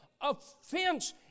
Offense